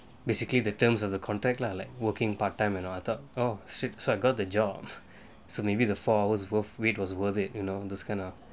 basically the terms of the contract lah like working part-time and all so I thought oh sweet so I got the job so maybe the four hours worth it was worth it you know those kind of